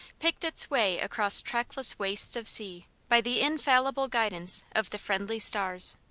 picked its way across trackless wastes of sea by the infallible guidance of the friendly stars.